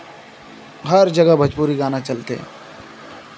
हर जगह भोजपुरी गाना चलते हैं